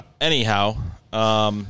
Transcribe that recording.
Anyhow